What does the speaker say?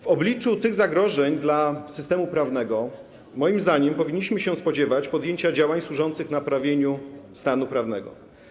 W obliczu tych zagrożeń systemu prawnego moim zdaniem powinniśmy się spodziewać podjęcia działań służących naprawieniu stanu prawnego.